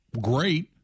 Great